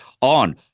on